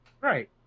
Right